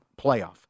playoff